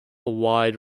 wide